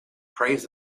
price